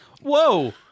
Whoa